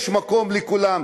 יש מקום לכולם,